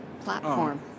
platform